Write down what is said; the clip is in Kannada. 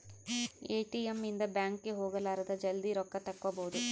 ಎ.ಟಿ.ಎಮ್ ಇಂದ ಬ್ಯಾಂಕ್ ಗೆ ಹೋಗಲಾರದ ಜಲ್ದೀ ರೊಕ್ಕ ತೆಕ್ಕೊಬೋದು